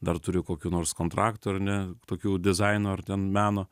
dar turiu kokių nors kontraktų ar ne tokių dizainų ar ten meno